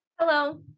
Hello